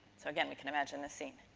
so again you can imagine this scene.